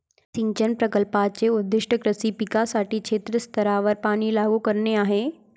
सिंचन प्रकल्पाचे उद्दीष्ट कृषी पिकांसाठी क्षेत्र स्तरावर पाणी लागू करणे आहे